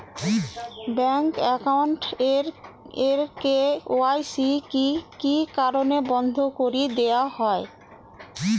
Bank account এর KYC কি কি কারণে বন্ধ করি দেওয়া হয়?